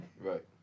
Right